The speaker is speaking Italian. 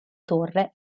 torre